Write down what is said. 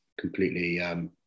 completely